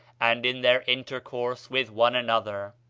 and in their intercourse with one another.